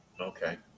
Okay